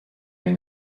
این